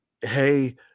hey